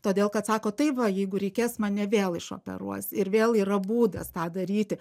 todėl kad sako tai va jeigu reikės mane vėl išoperuos ir vėl yra būdas tą daryti